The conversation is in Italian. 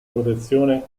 protezione